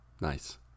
Nice